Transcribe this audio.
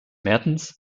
mertens